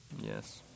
Yes